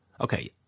Okay